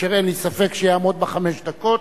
אשר אין לי ספק שיעמוד בחמש דקות,